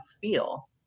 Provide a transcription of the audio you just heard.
feel